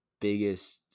biggest